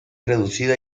reducida